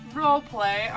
roleplay